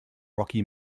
rocky